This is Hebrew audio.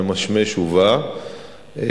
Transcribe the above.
ממשמש ובא,